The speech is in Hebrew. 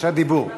בקשת דיבור.